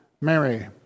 Mary